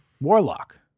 Warlock